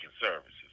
services